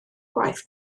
gwaith